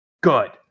good